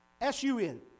S-U-N